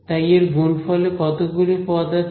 তাই এর গুণফলে কতগুলি পদ আছে